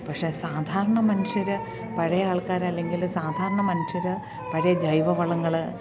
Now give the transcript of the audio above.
പക്ഷേ സാധാരണ മനുഷ്യര് പഴയ ആൾക്കാര് അല്ലെങ്കിൽ സാധാരണ മനുഷ്യര് പഴയ ജൈവവളങ്ങള്